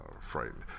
frightened